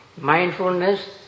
mindfulness